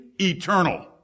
eternal